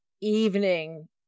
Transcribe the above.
evening